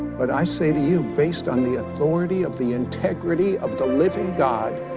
but i say to you based on the authority of the integrity of the living god,